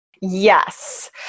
Yes